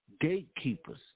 gatekeepers